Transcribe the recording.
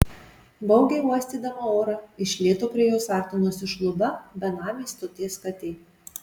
baugiai uostydama orą iš lėto prie jos artinosi šluba benamė stoties katė